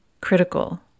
critical